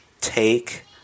take